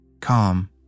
calm